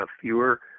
fewer